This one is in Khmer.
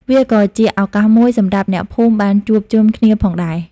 វាក៏ជាឱកាសមួយសម្រាប់អ្នកភូមិបានជួបជុំគ្នាផងដែរ។